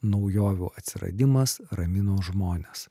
naujovių atsiradimas ramino žmones